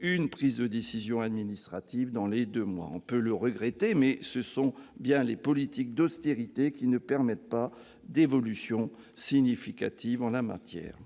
une prise de décision administrative dans les deux mois. On peut le regretter, mais ce sont bien les politiques d'austérité qui ne permettent pas d'évolutions significatives en la matière.